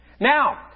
Now